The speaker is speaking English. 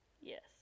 Yes